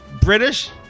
British